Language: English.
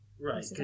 Right